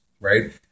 right